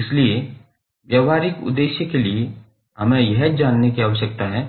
इसलिए व्यावहारिक उद्देश्य के लिए हमें यह जानने की आवश्यकता है